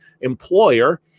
employer